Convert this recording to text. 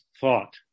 thought